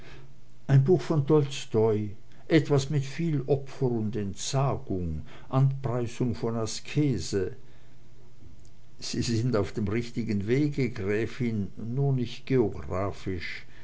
ein buch von tolstoi etwas mit viel opfer und entsagung anpreisung von askese sie sind auf dem richtigen wege gräfin nur nicht geographisch